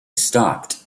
stopped